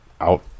out